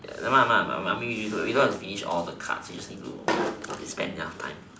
never mind never mind I mean we don't have to finish all the cards just need to spend enough time